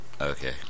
Okay